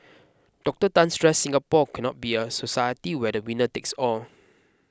Doctor Tan stressed Singapore cannot be a society where the winner takes all